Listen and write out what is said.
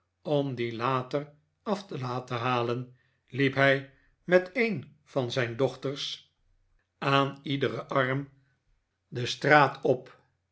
om die later af te laten halen liep hij met een van zijn dochters aan bij juffrouw todgers iederen arm de straat op